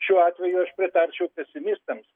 šiuo atveju aš pritarčiau pesimistams